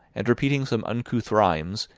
and repeating some uncouth rhymes,